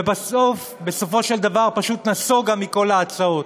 ובסופו של דבר נסוגה מכל ההצעות.